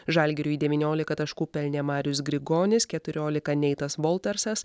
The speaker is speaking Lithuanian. žalgiriui devyniolika taškų pelnė marius grigonis keturiolika neitas voltersas